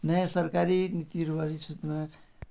नयाँ सरकारी नीतिहरूबारे सुचना